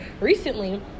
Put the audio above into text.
recently